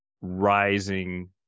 rising